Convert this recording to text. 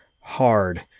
Hard